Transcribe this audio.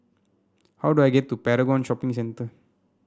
how do I get to Paragon Shopping Centre